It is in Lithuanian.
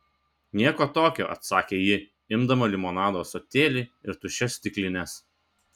nieko tokio atsakė ji imdama limonado ąsotėlį ir tuščias stiklines